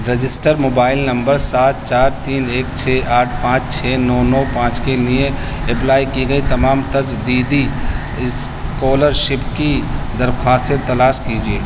register mobile number سات چار تین ایک چھ آٹھ پانچ چھ نو نو پانچ کے لیے اپلائی کی گئی تمام تجدیدی اسکالرشپ کی درخواستیں تلاش کیجیے